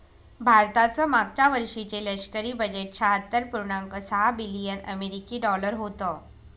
भारताचं मागच्या वर्षीचे लष्करी बजेट शहात्तर पुर्णांक सहा बिलियन अमेरिकी डॉलर होतं